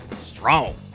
Strong